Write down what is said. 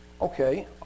okay